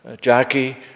Jackie